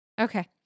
Okay